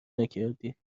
نکردی